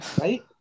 Right